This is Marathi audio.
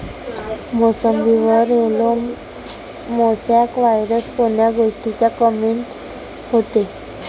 मोसंबीवर येलो मोसॅक वायरस कोन्या गोष्टीच्या कमीनं होते?